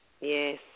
yes